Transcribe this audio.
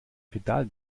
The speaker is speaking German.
pedal